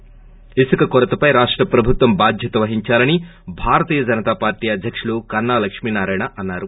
ి ఇసుక కొరతపై రాష్ట ప్రభుత్వం బాద్యత వహించాలని భారతీయ జనతా పార్లీ అధ్యకుడు కన్నా లొక్ష్మీ నారాయణ అన్నారు